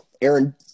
Aaron